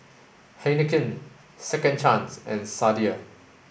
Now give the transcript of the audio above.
Heinekein Second Chance and Sadia